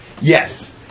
Yes